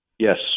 Yes